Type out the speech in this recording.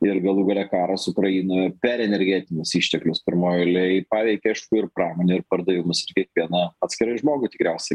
ir galų gale karas ukrainoje per energetinius išteklius pirmoj eilėj paveikė ir pramonę ir pardavimus ir kiekvieną atskirai žmogų tikriausiai